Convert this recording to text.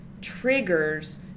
triggers